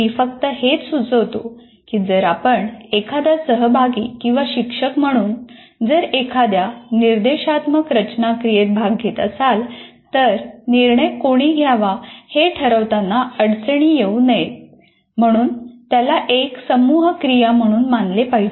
मी फक्त हेच सुचवतो की जर आपण एखादा सहभागी किंवा शिक्षक म्हणून जर एखाद्या निर्देशात्मक रचना क्रियेत भाग घेत असाल तर निर्णय कोणी घ्यावा हे ठरवताना अडचण येऊ नये म्हणून त्याला एक समूह क्रिया म्हणून मानले पाहिजे